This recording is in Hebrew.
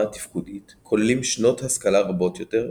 התפקודית כוללים שנות השכלה רבות יותר,